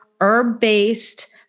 herb-based